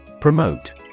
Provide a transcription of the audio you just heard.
Promote